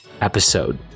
episode